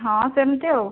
ହଁ ସେମିତି ଆଉ